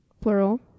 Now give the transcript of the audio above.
plural